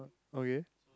okay